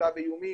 סחיטה באיומים,